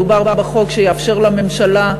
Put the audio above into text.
מדובר בחוק שיאפשר לממשלה,